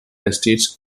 estates